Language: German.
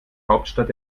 hauptstadt